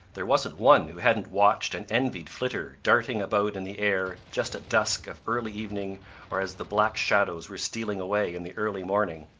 there wasn't one who hadn't watched and envied flitter darting about in the air just at dusk of early evening or as the black shadows were stealing away in the early morning.